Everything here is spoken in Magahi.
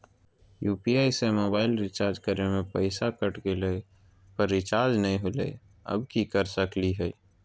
यू.पी.आई से मोबाईल रिचार्ज करे में पैसा कट गेलई, पर रिचार्ज नई होलई, अब की कर सकली हई?